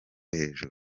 hejuru